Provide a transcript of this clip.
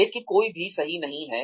लेकिन कोई भी सही नहीं है